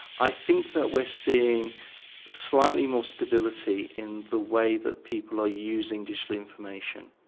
i think that we're seeing slightly more stability in the way that people are using digital information.